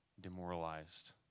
demoralized